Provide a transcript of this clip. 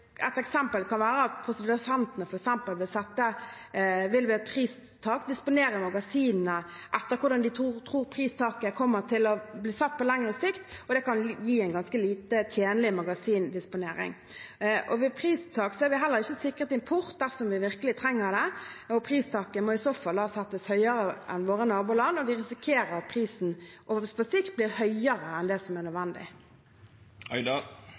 disponere magasinene etter hvordan de tror pristaket kommer til å bli satt på lengre sikt, og det kan gi en ganske lite tjenlig magasindisponering. Ved et pristak er vi heller ikke sikret import dersom vi virkelig trenger det, og pristaket må i så fall da settes høyere enn i våre naboland, og vi risikerer at prisen på sikt blir høyere enn det som er nødvendig.